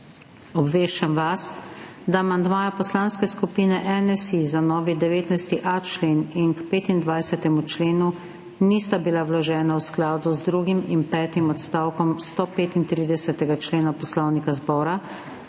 Obveščam vas, da amandmaja Poslanske skupine NSi za novi 19.a in k 25. členu nista bila vložena v skladu z drugim in petim odstavkom 135. člena Poslovnika zbora,